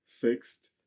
fixed